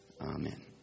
Amen